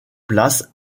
place